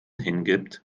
hingibt